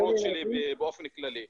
אלה ההערות שלי באופן כללי.